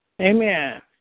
Amen